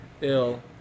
ill